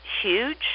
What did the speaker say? huge